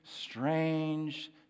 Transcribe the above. strange